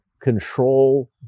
control